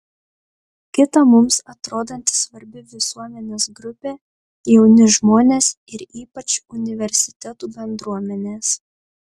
kita mums atrodanti svarbi visuomenės grupė jauni žmonės ir ypač universitetų bendruomenės